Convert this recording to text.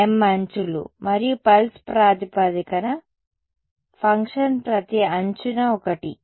విద్యార్థి m m అంచులు మరియు పల్స్ ప్రాతిపదికన ఫంక్షన్ ప్రతి అంచున ఒకటి